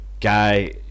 guy